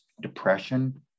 depression